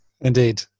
Indeed